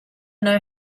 know